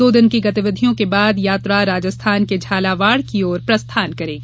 दो दिन की गतिविधियों के बाद यात्रा राजस्थान के झालावाड़ की ओर प्रस्थान करेगी